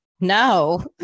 no